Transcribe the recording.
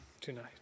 tonight